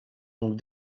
donc